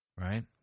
right